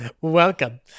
Welcome